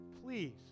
Please